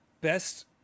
Best